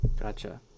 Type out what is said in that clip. gotcha